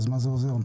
מה זה עוזר?